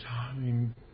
time